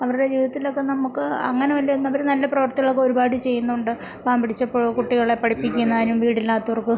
അവരുടെ ജീവിതത്തിലൊക്കെ നമുക്ക് അങ്ങനെ വല്ല അവർ നല്ല പ്രവൃത്തികളൊക്കെ ഒരുപാട് ചെയ്യുന്നുണ്ട് പാവം പിടിച്ച കുട്ടികളെ പഠിപ്പിക്കുന്നതിനും വീടില്ലാത്തവർക്ക്